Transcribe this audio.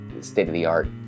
state-of-the-art